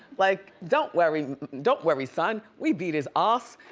like, don't worry don't worry son, we beat his ass.